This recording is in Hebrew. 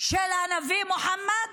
של הנביא מוחמד?